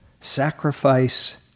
sacrifice